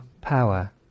power